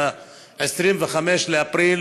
ב-25 באפריל